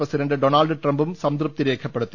president Donald ട്രംപും സംതൃപ്തി രേഖപ്പെടുത്തി